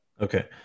okay